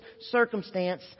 circumstance